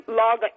log